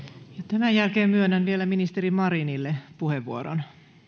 tämän jälkeen myönnän vielä ministeri marinille puheenvuoron